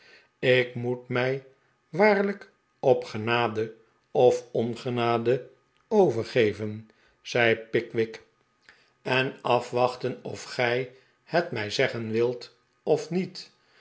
ik moet mij waarlijk op genade of ongenade overgeven zei pickwick en afwachten of gij het mij zegen wilt of niet